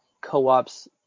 co-ops